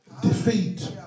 defeat